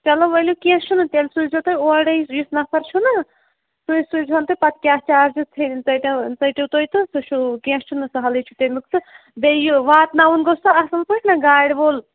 چلو ؤلِو کینٛہہ چھُنہٕ تیٚلہِ سوٗزِو تُہۍ اورَے یُس نفر چھُنہ سُے سوٗزِہون تُہۍ پتہٕ کیٛاہ چارجِس ژٔٹِو تُہۍ تہٕ سُہ چھُو کینٛہہ چھُنہٕ سہلٕے چھُ تَمیُک تہٕ بیٚیہِ یہِ واتناوُن گوٚژھ سُہ اصٕل پٲٹھۍ نہ گاڑِ وول